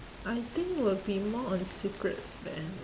I think will be more on secrets than